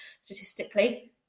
statistically